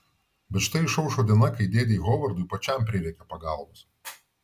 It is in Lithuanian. bet štai išaušo diena kai dėdei hovardui pačiam prireikia pagalbos